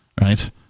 right